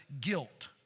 guilt